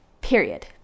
period